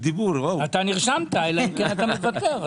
אתה מוותר?